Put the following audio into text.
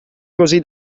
così